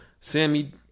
Sammy